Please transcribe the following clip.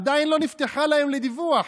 עדיין לא נפתחה להם לדיווח.